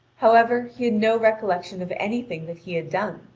however, he had no recollection of anything that he had done.